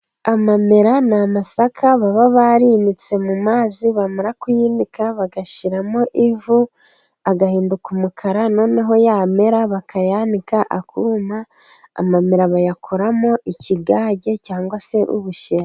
Amamera ni amasaka baba barinitse mu mazi, bamara kuyinika bagashyiramo ivu, agahinduka umukara, noneho yamera, bakayanika, akuma, amamera bayakoramo ikigage cyangwa se ubushera.